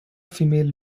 female